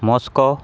Moscow